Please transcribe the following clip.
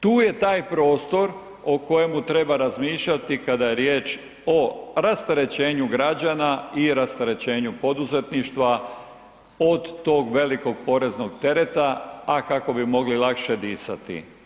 Tu je taj prostor o kojemu treba razmišljati kada je riječ o rasterećenju građana i rasterećenju poduzetništva od tog velikog poreznog tereta, a kako bi mogli lakše disati.